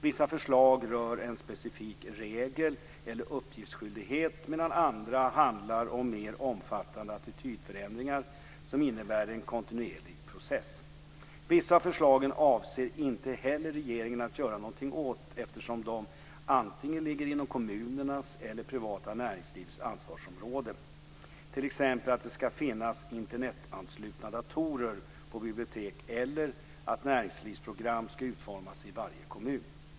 Vissa förslag rör en specifik regel eller uppgiftsskyldighet medan andra handlar om mer omfattande attitydförändringar som innebär en kontinuerlig process. Vissa av förslagen avser inte heller regeringen att göra någonting åt eftersom de ligger antingen inom kommunernas eller det privata näringslivets ansvarsområden, t.ex. att det ska finnas Internetanslutna datorer på bibliotek eller att näringslivsprogram ska utformas i varje kommun.